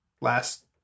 last